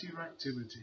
activity